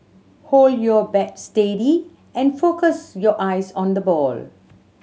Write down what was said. hold your bat steady and focus your eyes on the ball